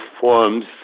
forms